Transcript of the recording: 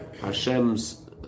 Hashem's